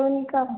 इनका